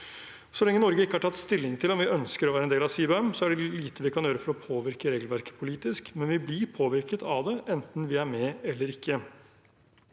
Så lenge Norge ikke har tatt stilling til om vi ønsker å være en del av CBAM, er det lite vi kan gjøre for å påvirke regelverket politisk, men vi blir påvirket av det, enten vi er med eller ikke.